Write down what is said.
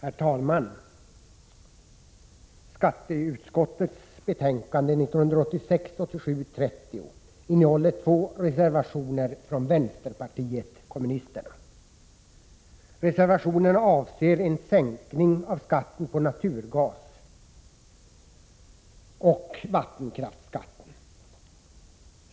Herr talman! Skatteutskottets betänkande 1986/87:30 innehåller två reservationer från vänsterpartiet kommunisterna. Reservationerna avser en sänkning av skatten på naturgas och vattenkraftsskatten.